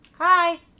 Hi